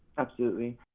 absolutely.